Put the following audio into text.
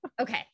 Okay